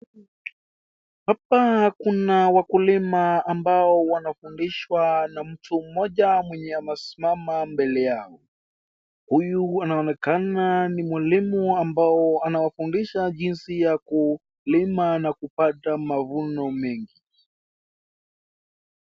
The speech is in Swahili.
Hapa kuna wakulima ambao wanafundishwa na mtu mmoja mwenye amesimama mbele yao. Huyu anaonekana ni mwalimu ambao anawafundisha jinsi ya kulima na kupata mavuno mengi.